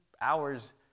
hours